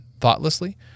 thoughtlessly